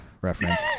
reference